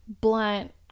blunt